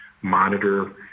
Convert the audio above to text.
monitor